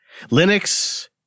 Linux